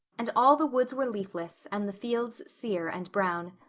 and all the woods were leafless and the fields sere and brown.